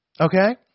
okay